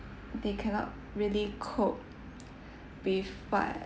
they cannot really cope with what